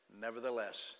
Nevertheless